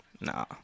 nah